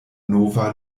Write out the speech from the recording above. nova